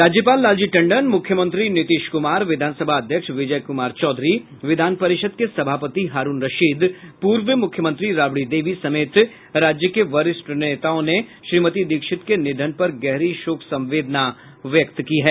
राज्यपाल लालजी टंडन मुख्यमंत्री नीतीश कुमार विधानसभा अध्यक्ष विजय कुमार चौधरी विधान परिषद के सभापति हारूण रशीद पूर्व मुख्यमंत्री राबड़ी देवी समेत राज्य के वरिष्ठ नेताओं ने श्रीमती दीक्षित के निधन पर गहरी शोक संवेदना व्यक्त की है